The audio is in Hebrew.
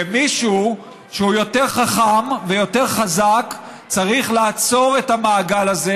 ומישהו שהוא יותר חכם ויותר חזק צריך לעצור את המעגל הזה,